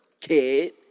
kid